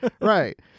Right